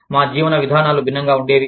మా జీవన విధానాలు భిన్నంగా ఉండేవి